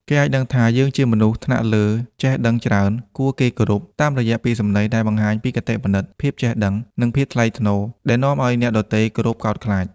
គេអាចដឹងថាយើងជា មនុស្សថ្នាក់លើចេះដឹងច្រើន គួរគេគោរព តាមរយះពាក្យសម្ដីដែលបង្ហាញពីគតិបណ្ឌិត ភាពចេះដឹង និងភាពថ្លៃថ្នូរ ដែលនាំឱ្យអ្នកដទៃគោរពកោតខ្លាច។